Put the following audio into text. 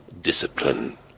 discipline